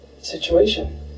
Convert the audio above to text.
situation